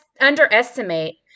underestimate